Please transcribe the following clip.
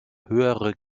höhere